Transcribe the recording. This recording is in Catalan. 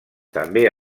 també